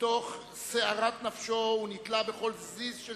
מתוך סערת נפשו הוא נתלה בכל זיז של